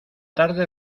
tarde